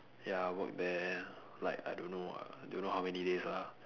ya I work there like I don't know I don't know how many days ah